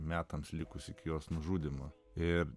metams likus iki jos nužudymo ir